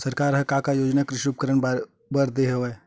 सरकार ह का का योजना कृषि उपकरण बर दे हवय?